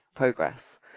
progress